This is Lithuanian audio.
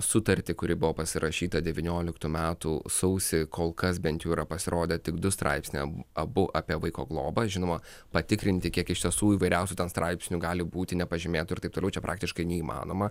sutartį kuri buvo pasirašyta devynioliktų metų sausį kol kas bent jau yra pasirodę tik du straipsniai abu apie vaiko globą žinoma patikrinti kiek iš tiesų įvairiausių ten straipsnių gali būti nepažymėtų ir taip toliau čia praktiškai neįmanoma